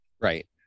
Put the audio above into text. right